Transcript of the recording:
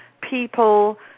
people